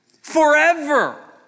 forever